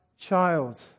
child